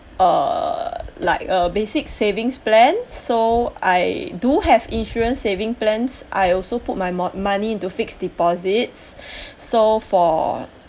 err like a basic savings plan so I do have insurance savings plan I also put my money in fixed deposit so for